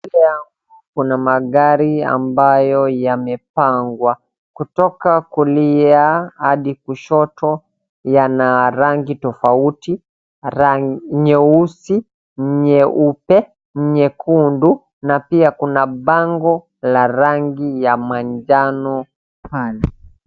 Mbele yangu kuna magari ambayo yamepangwa kutoka kulia hadi kushoto, yana rangi tofauti, nyeusi, nyeupe, nyekundu na pia kuna bango la rangi ya manjano pale.